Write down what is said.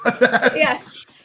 yes